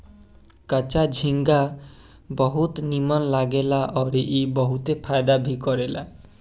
कच्चा झींगा बहुत नीमन लागेला अउरी ई बहुते फायदा भी करेला